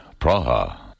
Praha